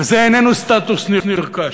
וזה איננו סטטוס נרכש.